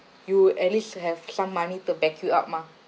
you'll at least have some money to back you up mah